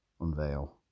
Unveil